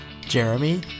Jeremy